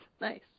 Nice